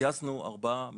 גייסנו ארבעה ממונים,